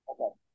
Okay